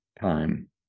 time